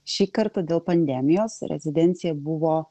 šį kartą dėl pandemijos rezidencija buvo